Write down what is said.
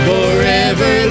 Forever